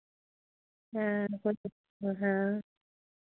हाँ ओ हाँ